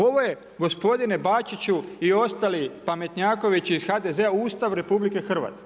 Ovo je gospodine Bačiću i ostali pametnjakoviću iz HDZ-a Ustav RH.